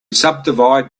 subdivide